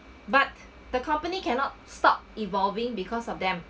but the company cannot stop evolving because of them